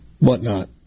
whatnot